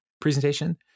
presentation